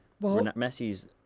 Messi's